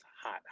hot